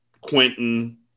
Quentin